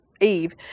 Eve